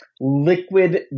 Liquid